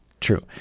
True